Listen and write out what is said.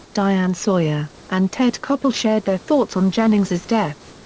diane sawyer, and ted koppel shared their thoughts on jennings's death.